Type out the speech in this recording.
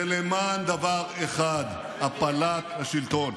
זה למען דבר אחד: הפלת השלטון.